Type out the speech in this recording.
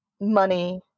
money